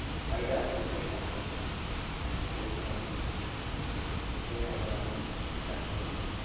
फाइदाहरू चाहिँ छैन अब त्यसरी नै अब त्यसरी अब आफ्नो किसानहरूको